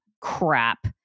crap